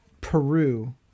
Peru